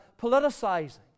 politicizing